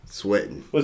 Sweating